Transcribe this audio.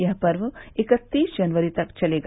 यह पर्व इकत्तीस जनवरी तक चलेगा